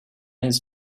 his